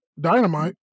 dynamite